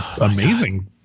amazing